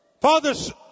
Fathers